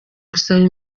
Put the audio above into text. gusaba